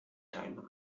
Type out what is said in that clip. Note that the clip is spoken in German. timer